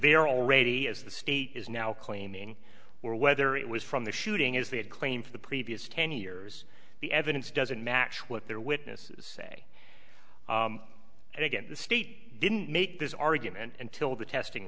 there already as the state is now claiming or whether it was from the shooting as they had claimed for the previous ten years the evidence doesn't match what their witnesses say and again the state didn't make this argument until the testing